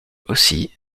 aussi